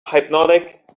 hypnotic